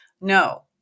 No